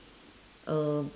uh